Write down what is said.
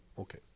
okay